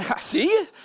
See